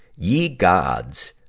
ye gods!